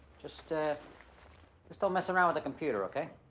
just ah just don't mess around with the computer, okay?